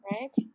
Right